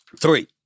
Three